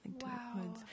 Wow